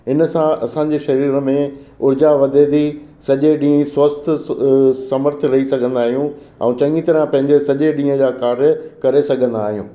इनसां असांजे शरीर में उर्जा वधे थी सॼे ॾींहुुं स्वस्थ्यु समर्थ रही सघंदा आहियूं ऐं चङी तरह पंहिंजे सॼे ॾींहुुं जा कार्य करे सघंदा आहियूं